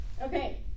Okay